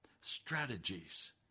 Strategies